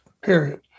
Period